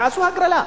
ועשו הגרלה.